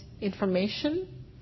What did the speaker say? information